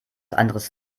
anderes